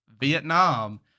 Vietnam